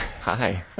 Hi